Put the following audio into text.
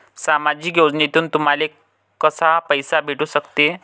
सामाजिक योजनेतून तुम्हाले कसा पैसा भेटू सकते?